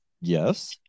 Yes